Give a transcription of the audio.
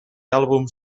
àlbums